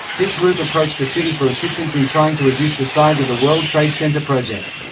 this group approached the city for assistance in trying to reduce the size of the world trade center project.